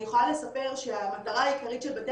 אני יכולה לספר שהמטרה העיקרית של בתי